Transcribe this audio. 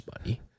buddy